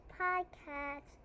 podcast